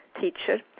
teacher